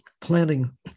planting